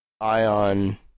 Ion